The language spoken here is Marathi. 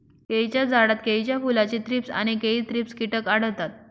केळीच्या झाडात केळीच्या फुलाचे थ्रीप्स आणि केळी थ्रिप्स कीटक आढळतात